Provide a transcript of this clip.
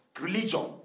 religion